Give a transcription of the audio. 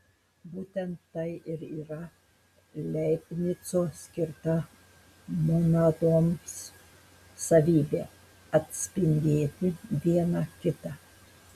būtent tai ir yra leibnico skirta monadoms savybė atspindėti viena kitą